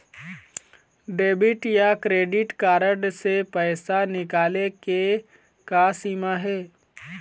Debit या credit card से पैसा निकाले के का सीमा हे?